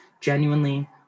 genuinely